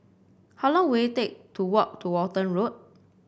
how long will it take to walk to Walton Road